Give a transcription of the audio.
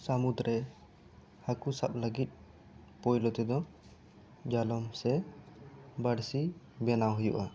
ᱥᱟᱹᱢᱩᱫᱽ ᱨᱮ ᱦᱟᱹᱠᱩ ᱥᱟᱵ ᱞᱟᱹᱜᱤᱫ ᱯᱩᱭᱞᱩ ᱛᱮᱫᱚ ᱡᱟᱞᱚᱢ ᱥᱮ ᱵᱟᱹᱲᱥᱤ ᱵᱮᱱᱟᱣ ᱦᱩᱭᱩᱜᱼᱟ